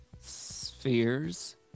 spheres